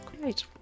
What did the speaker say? Great